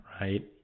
right